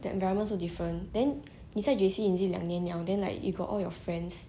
that environment also different then 你在 J_C 已经两年了 then you got all your friends